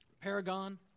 paragon